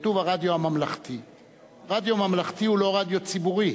כתוב "הרדיו הממלכתי"; רדיו ממלכתי הוא לא רדיו ציבורי,